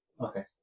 Okay